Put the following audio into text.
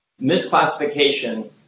Misclassification